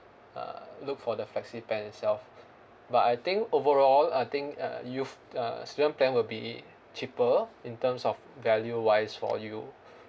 uh look for the flexi plan itself but I think overall I think uh youth uh student plan will be cheaper in terms of value wise for you